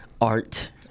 art